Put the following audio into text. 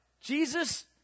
Jesus